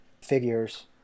figures